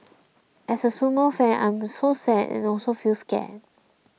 as a sumo fan I am so sad and also feel scared